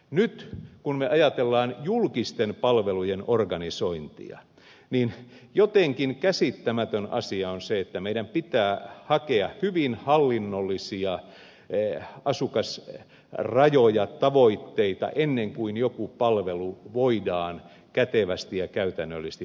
nyt kun ajatellaan julkisten palvelujen organisointia niin jotenkin käsittämätön asia on se että meidän pitää hakea hyvin hallinnollisia asukasrajoja tavoitteita ennen kuin joku palvelu voidaan kätevästi ja käytännöllisesti hoitaa